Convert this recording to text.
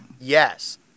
Yes